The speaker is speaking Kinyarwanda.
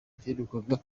yaherukaga